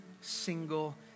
single